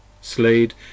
Slade